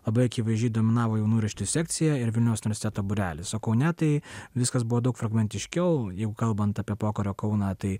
labai akivaizdžiai dominavo jaunųjų rašytojų sekcija ir vilniaus universiteto būrelis o kaune tai viskas buvo daug fragmentiškiau jeigu kalbant apie pokario kauną tai